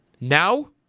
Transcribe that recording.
Now